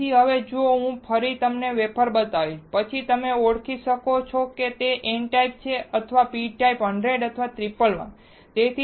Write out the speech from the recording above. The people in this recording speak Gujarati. તેથી હવે જો હું ફરી તમને વેફર બતાવીશ પછી તમે ઓળખી શકો છો કે તે n ટાઇપ છે અથવા p ટાઇપ 100 અથવા 111